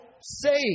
saved